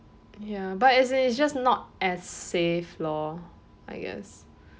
ya but as in is just not as safe lor I guess